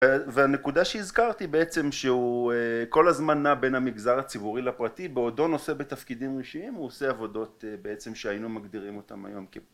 והנקודה שהזכרתי בעצם שהוא כל הזמן נע בין המגזר הציבורי לפרטי בעודו נושא בתפקידים ראשיים הוא עושה עבודות בעצם שהיינו מגדירים אותם היום